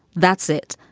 that's it.